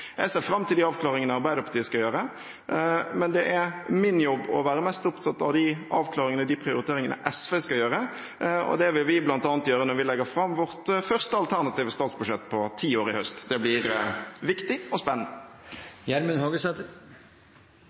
Jeg ser fram til de avklaringene Arbeiderpartiet skal gjøre, men det er min jobb å være mest opptatt av de avklaringene og de prioriteringene SV skal gjøre, og det vil vi bl.a. gjøre når vi legger fram vårt første alternative statsbudsjett på ti år i høst. Det blir viktig og